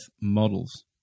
models